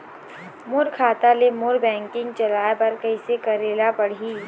मोर खाता ले मोर बैंकिंग चलाए बर कइसे करेला पढ़ही?